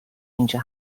اینجا